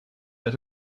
that